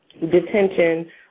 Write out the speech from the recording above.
detention